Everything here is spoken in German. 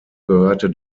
gehörte